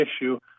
issue